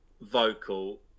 vocal